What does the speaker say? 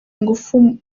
ingufu